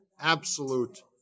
absolute